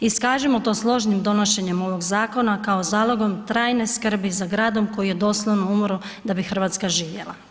Iskažimo to složnim donošenjem ovog zakona kao zalogom trajne skrbi za gradom koji je doslovno umro da bi Hrvatska živjela.